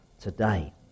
today